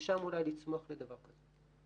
משם אולי לצמוח לדבר כזה.